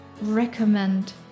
recommend